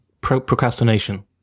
procrastination